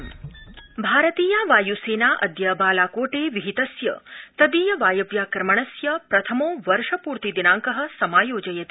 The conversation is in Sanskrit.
वायसेना भारतीया वाय्सेना अद्य बालाकोटे विहितस्य तदीय वायव्याक्रमणस्य प्रथमो वर्षपूर्ति दिनांक समायोजयति